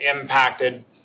impacted